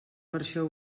versió